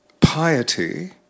piety